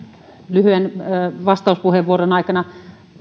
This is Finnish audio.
lyhyen vastauspuheenvuoron aikana